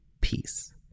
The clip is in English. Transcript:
peace